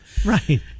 Right